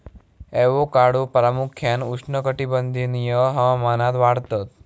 avocado प्रामुख्यान उष्णकटिबंधीय हवामानात वाढतत